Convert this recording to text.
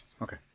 okay